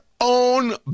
own